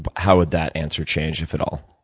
but how would that answer change, if at all?